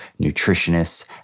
nutritionists